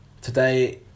Today